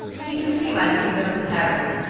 he can see by leaning over the parapet.